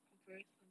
comparison